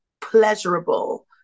pleasurable